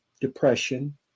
depression